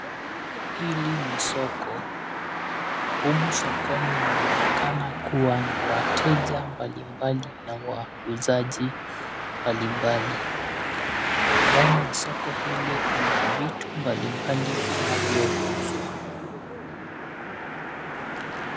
Hili ni soko. Humu sokoni manonekana kuwa na wateja mbalimbali na wauzaji mbalimbali. Ndani ya soko hili mna vitu mbalimbali vinavyouzwa.